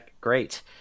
great